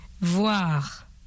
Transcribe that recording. voir